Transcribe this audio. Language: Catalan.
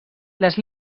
les